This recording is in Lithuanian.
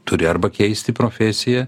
turi arba keisti profesiją